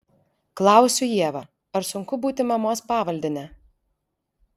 klausiu ievą ar sunku būti mamos pavaldine